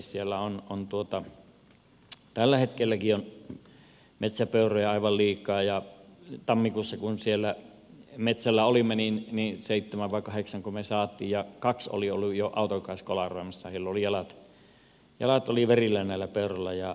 siellä on tällä hetkelläkin metsäpeuroja aivan liikaa ja tammikuussa kun siellä metsällä olimme seitsemän vai kahdeksanko me saimme ja kaksi oli ollut jo auton kanssa kolaroimassa jalat oli verillä näillä peuroilla